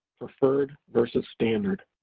preferred versus standard.